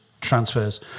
transfers